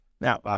Now